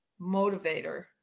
motivator